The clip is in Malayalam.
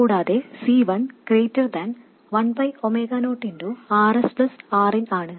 കൂടാതെ C1 ≫1 0Rs Rin ആണ്